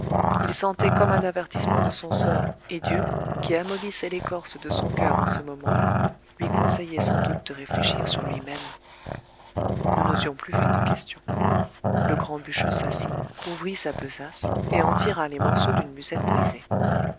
il sentait comme un avertissement de son sort et dieu qui amollissait l'écorce de son coeur en ce moment-là lui conseillait sans doute de réfléchir sur lui-même nous n'osions plus faire de questions le grand bûcheux s'assit ouvrit sa besace et en tira les morceaux d'une musette brisée